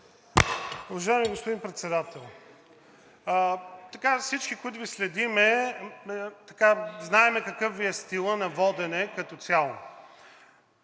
Уважаеми господин Председател, всички, които Ви следим, знаем какъв Ви е стилът на водене като цяло.